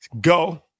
go